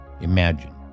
Imagine